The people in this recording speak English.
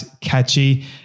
catchy